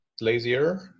lazier